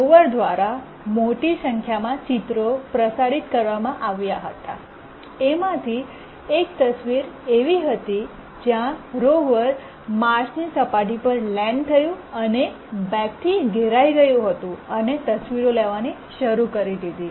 rover દ્વારા મોટી સંખ્યામાં ચિત્રો પ્રસારિત કરવામાં આવ્યા હતા એમાંથી એક તસવીર એવી હતી જ્યાં રોવર માર્સની સપાટી પર લેન્ડ થયું અને બેગથી ઘેરાઈ ગયું હતું અને તસવીરો લેવાની શરૂ કરી દીધી